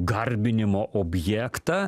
garbinimo objektą